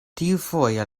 tiufoje